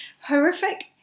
horrific